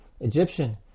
Egyptian